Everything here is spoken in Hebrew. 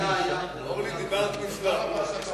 אורלי, דיברת נפלא.